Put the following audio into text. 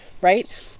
right